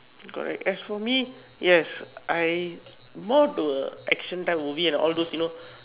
correct as for me yes I more to a action type movie and all those you know